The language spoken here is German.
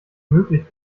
möglich